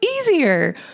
easier